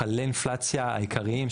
מחוללי האינפלציה העיקריים,